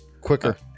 Quicker